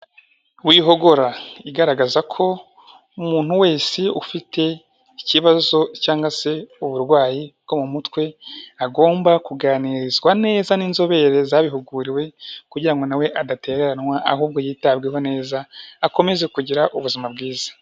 Wihogora igaragaza ko umuntu wese ufite ikibazo cyangwa se uburwayi bwo mu mutwe, agomba kuganirizwa neza n'inzobere zabihuguriwe, kugira ngo nawe adatereranwa ahubwo yitabweho neza akomeze kugira ubuzima bwiza.